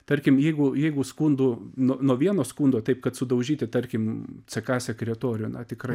tarkim jeigu jeigu skundų nuo nuo vieno skundo taip kad sudaužyti tarkim ck sekretorių na tikrai